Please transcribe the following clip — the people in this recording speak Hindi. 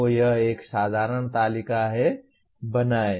तो यह एक साधारण तालिका है बनाएँ